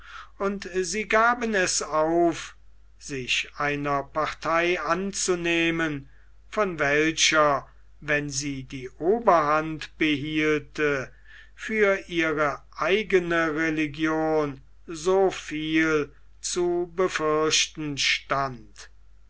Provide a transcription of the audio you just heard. und sie gaben es auf sich einer partei anzunehmen von welcher wenn sie die oberhand behielte für ihre eigene religion so viel zu befürchten stand